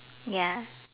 ya